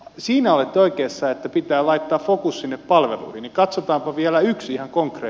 siinä oli oikeassa että pitää laittaa fokus sinne palvelun nimi katsotaanpa vielä yksi on konkari